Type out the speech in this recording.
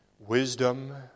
Wisdom